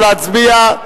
נא להצביע.